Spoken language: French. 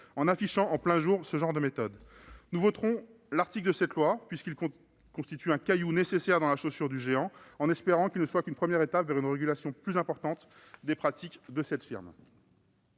en affichant en plein jour ce genre de méthode ! Nous voterons l'article 1 de cette loi puisqu'il constitue un caillou nécessaire dans la chaussure du géant, en espérant qu'il ne soit qu'une première étape vers une régulation plus importante des pratiques de cette firme.